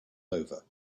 over